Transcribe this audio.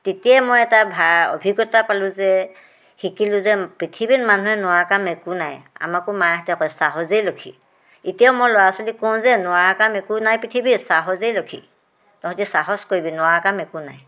তেতিয়াই মই এটা ভাল অভিজ্ঞতা পালোঁ যে শিকিলোঁ যে পৃথিৱীত মানুহে নোৱাৰা কাম একো নাই আমাকো মাহঁতে কয় সাহসেই লক্ষী এতিয়া মই ল'ৰা ছোৱালীক কওঁ যে নোৱাৰা কাম একো নাই পৃথিৱীত সাহসেই লক্ষী তহঁতি সাহস কৰিবি নোৱাৰা কাম একো নাই